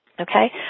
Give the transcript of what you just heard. Okay